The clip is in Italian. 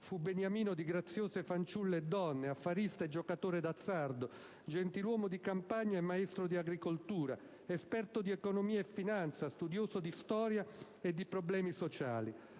fu beniamino di graziose fanciulle e donne, affarista e giocatore d'azzardo, gentiluomo di campagna e maestro di agricoltura, esperto di economia e finanza, studioso di storia e di problemi sociali.